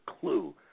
clue